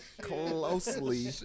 closely